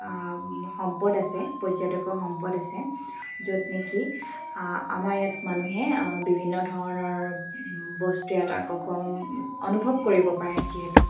সম্পদ আছে পৰ্যটকৰ সম্পদ আছে য'ত নেকি আমাৰ ইয়াত মানুহে বিভিন্ন ধৰণৰ বস্তু ইয়াত আকৰ্ষণ অনুভৱ কৰিব পাৰে যিহেতু